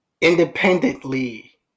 independently